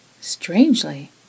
Strangely